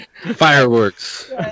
Fireworks